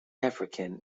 african